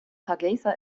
hargeysa